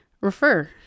refer